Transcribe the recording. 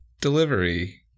delivery